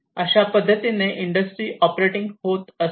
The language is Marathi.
अशा पद्धतीने इंडस्ट्री ऑपरेटिंग होत असते